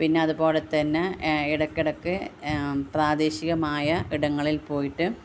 പിന്നെ അത് പോലെ തന്നെ ഇടയ്ക്കിടയ്ക്ക് പ്രാദേശികമായ ഇടങ്ങളിൽ പോയിട്ട്